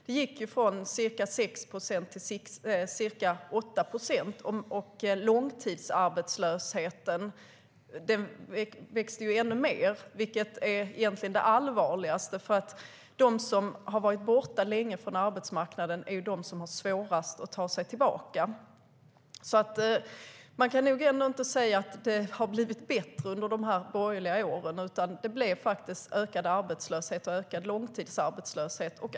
Den gick från ca 6 procent till ca 8 procent, och långtidsarbetslösheten växte ännu mer - vilket egentligen är det allvarligaste, för de som har varit borta länge från arbetsmarknaden är de som har svårast att ta sig tillbaka. Man kan nog alltså inte säga att det blev bättre under de borgerliga åren, utan arbetslösheten och långtidsarbetslösheten ökade.